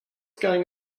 going